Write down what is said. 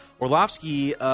Orlovsky